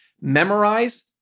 memorize